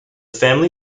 family